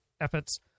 efforts